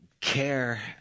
care